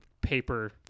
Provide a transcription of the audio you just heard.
paper